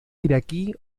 iraquí